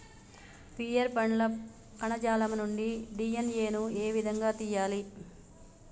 Pear పండ్ల కణజాలం నుండి డి.ఎన్.ఎ ను ఏ విధంగా తియ్యాలి?